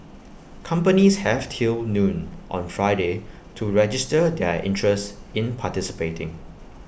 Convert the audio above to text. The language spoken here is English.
companies have till noon on Friday to register their interest in participating